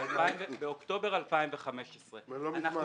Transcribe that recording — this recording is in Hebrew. באוקטובר 2015. לא מזמן.